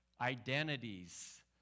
identities